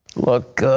look,